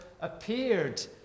appeared